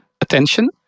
attention